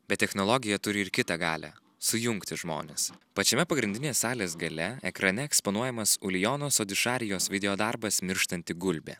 bet technologija turi ir kitą galią sujungti žmones pačiame pagrindinės salės gale ekrane eksponuojamas ulijonos sodišarijos video darbas mirštanti gulbė